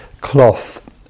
cloth